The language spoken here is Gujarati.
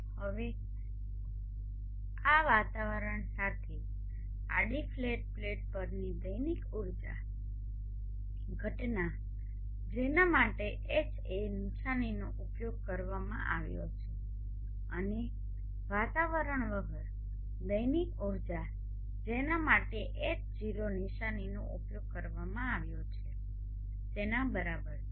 હવે આ વાતાવરણ સાથે આડી ફ્લેટ પ્લેટ પરની દૈનિક ઊર્જા ઘટના જેના માટે Ha નિશાનીનો ઉપયોગ કરવામાં આવ્યો છે અને વાતાવરણ વગર દૈનિક ઊર્જા જેના માટે H૦ નિશાનીનો ઉપયોગ કરવામાં આવ્યો છે તેના બરાબર છે